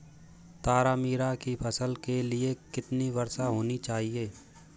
तारामीरा की फसल के लिए कितनी वर्षा होनी चाहिए?